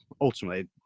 ultimately